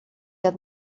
had